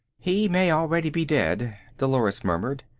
he may already be dead, dolores murmured.